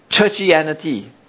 churchianity